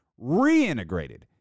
reintegrated